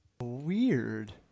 Weird